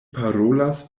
parolas